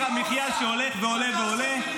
המחיה שעולה ועולה ועולה -- מה הוא עשה?